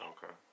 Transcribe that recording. Okay